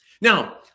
Now